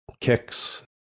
kicks